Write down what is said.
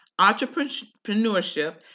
Entrepreneurship